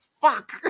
Fuck